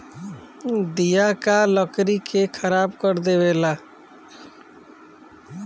दियाका लकड़ी के खराब कर देवे ले सन